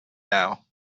now